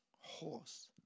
horse